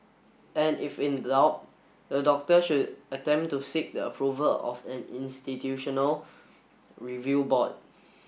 and if in doubt the doctor should attempt to seek the approval of an institutional review board